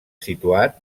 situat